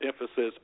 emphasis